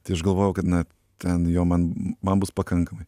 tai aš galvoju kad na ten jo man man bus pakankamai